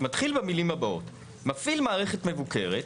מתחיל במילים הבאות, מפעיל מערכת מבוקרת,